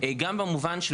גם במובן של